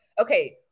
okay